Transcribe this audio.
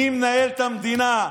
מי מנהל את המדינה,